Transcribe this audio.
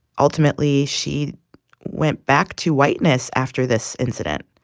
ultimately, she went back to whiteness after this incident.